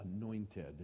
anointed